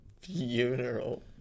funeral